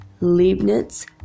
Leibniz